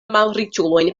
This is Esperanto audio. malriĉulojn